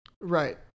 Right